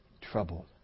troubled